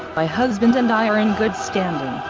my husband and i are in good standing,